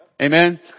Amen